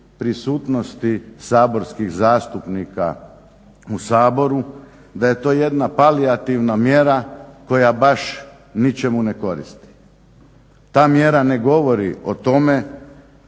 prisutnosti saborskih zastupnika u Saboru, da je to jedna palijativna mjera koja baš ničemu ne koristi. Ta mjera ne govori o tome